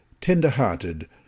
tender-hearted